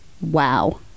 wow